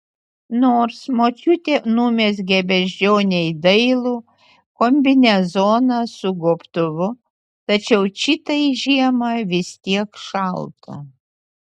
nors močiutė numezgė beždžionei dailų kombinezoną su gobtuvu tačiau čitai žiemą vis tiek šalta